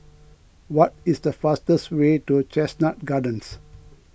what is the fastest way to Chestnut Gardens